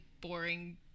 boring